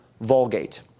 Vulgate